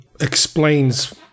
explains